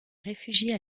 réfugient